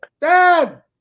Dad